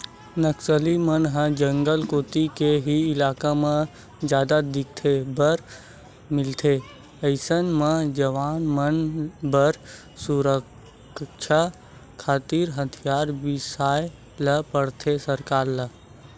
नक्सली मन ह जंगल कोती के ही इलाका म जादा देखे बर मिलथे अइसन म जवान मन बर सुरक्छा खातिर हथियार बिसाय ल परथे सरकार ल